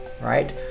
right